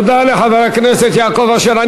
תודה לחבר הכנסת יעקב אשר.